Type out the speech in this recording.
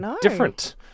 different